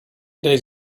days